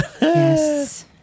yes